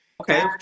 Okay